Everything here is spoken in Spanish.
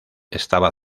estaba